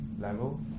level